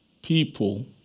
people